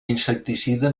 insecticida